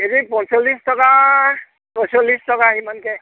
KG পঞ্চল্লিছ টকা পঞ্চল্লিছ টকা সিমানকে